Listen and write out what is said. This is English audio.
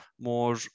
more